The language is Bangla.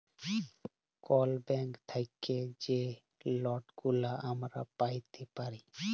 কল ব্যাংক থ্যাইকে যে লটগুলা আমরা প্যাইতে পারি